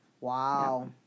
Wow